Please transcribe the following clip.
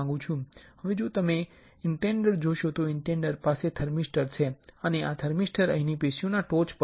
હવે જો તમે ઇન્ડેન્ટર જોશો તો ઇન્ડેન્ટર પાસે થર્મિસ્ટર છે અને આ થર્મિસ્ટર અહીંની પેશીઓની ટોચ પર હશે